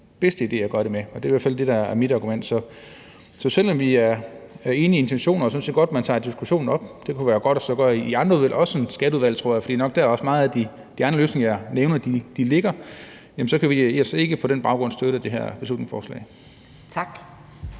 bedste måde at gøre det på, og det er i hvert fald det, der er mit argument. Så selv om vi er enige i intentionerne og synes, det er godt, at man tager diskussionen op – jeg tror også, det kunne være godt at gøre det i andre udvalg end i Skatteudvalget, for det er nok også der, hvor mange af de andre løsninger, jeg nævner, ligger – kan vi på den baggrund altså ikke støtte det her beslutningsforslag. Kl.